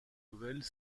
nouvelles